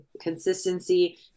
consistency